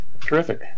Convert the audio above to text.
Terrific